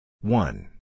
one